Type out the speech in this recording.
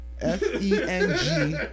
F-E-N-G